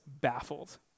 baffled